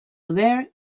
there